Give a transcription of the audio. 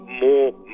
more